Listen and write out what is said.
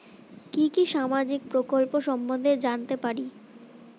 কি কি সামাজিক প্রকল্প সম্বন্ধে জানাতে পারি?